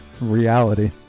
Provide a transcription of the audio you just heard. reality